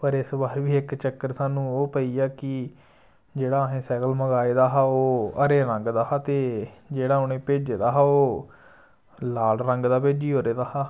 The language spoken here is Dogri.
पर इस बार बी इक चक्कर सानू ओह् पेई गेआ कि जेह्ड़ा असें सैकल मंगाऐ दा हा ओह् हरे रंग दा हा ते जेहड़ा उ'नें भेज्जे दा हा ओह् लाल रंग दा भेज्जी ओड़े दा हा